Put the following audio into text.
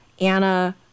Anna